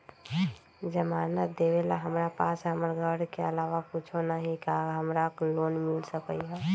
जमानत देवेला हमरा पास हमर घर के अलावा कुछो न ही का हमरा लोन मिल सकई ह?